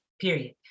period